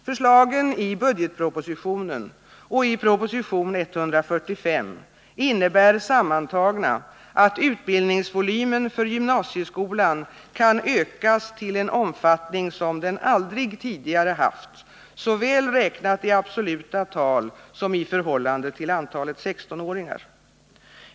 Förslagen i budgetpropositionen och i proposition 1979/ 80:145 innebär sammantagna att utbildningsvolymen för gymnasieskolan kan ökas till en omfattning som den aldrig tidigare haft, såväl räknat i absoluta tal som i förhållande till antalet 16-åringar.